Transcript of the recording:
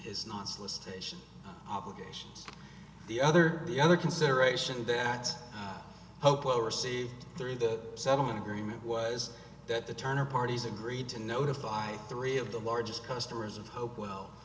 his not solicitation obligations the other the other consideration that's hopeful received through the settlement agreement was that the turner parties agreed to notify three of the largest customers of hopewell